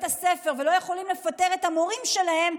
הספר ולא יכולים לפטר את המורים שלהם,